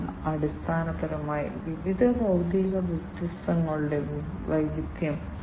അതിനാൽ ഇത് അടിസ്ഥാനപരമായി ഒരു സ്മാർട്ട് സെൻസർ നോഡിലും ഇന്റലിജന്റ് സെൻസർ നോഡുകളിലും വളരെ പ്രധാനമാണ്